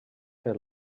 pel